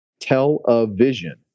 television